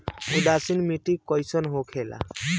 उदासीन मिट्टी कईसन होखेला?